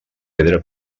pedra